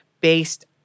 based